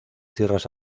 tierras